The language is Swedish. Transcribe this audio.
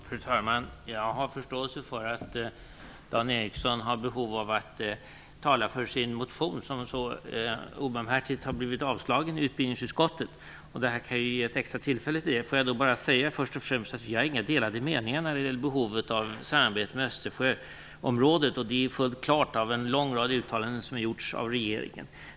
Fru talman! Jag har förståelse för att Dan Ericsson har behov av att tala för sin motion som så obarmhärtigt har blivit avstyrkt av utbildningsutskottet, och den här debatten kan ge ett extra tillfälle till det. Jag vill först och främst säga att vi inte har några delade meningar när det gäller behovet av samarbete i Östersjöområdet. Det är fullt klart och framgår av en lång rad uttalanden som har gjorts av regeringen.